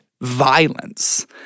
violence